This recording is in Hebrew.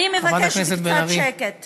אני אתן לך כבר, חשבתי שאת משתפת פעולה עם זה.